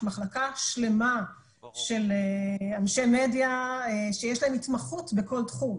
יש מחלקה שלמה של אנשי מדיה שיש להם התמחות בכל תחום.